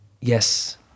Yes